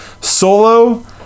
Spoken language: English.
Solo